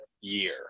year